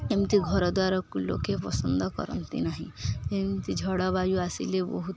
ଏମିତି ଘରଦ୍ୱାରକୁ ଲୋକେ ପସନ୍ଦ କରନ୍ତି ନାହିଁ ଏମିତି ଝଡ଼ବାୟୁ ଆସିଲେ ବହୁତ